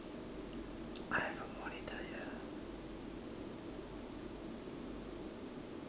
I have a monitor here